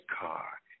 car